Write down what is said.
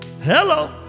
Hello